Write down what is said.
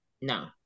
No